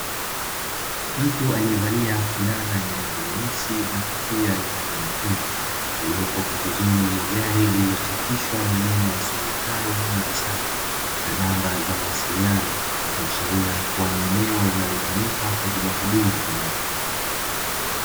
Mtu aliyevalia fulana yenye rangi nyeusi na kofia ya rangi nyekundu, aliyopo pembezoni mwa gari lililochapishwa maneno yasomekayo maji safi na namba za mawasiliano, ikiashiria kuwa ni eneo linalotumika kwa ajili ya huduma za maji.